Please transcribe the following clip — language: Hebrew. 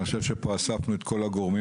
אני חושב שפה אספנו את כל הגורמים